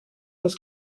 das